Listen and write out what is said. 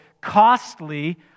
costly